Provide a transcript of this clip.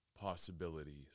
possibilities